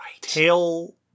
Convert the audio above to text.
tail